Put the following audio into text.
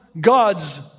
God's